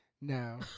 No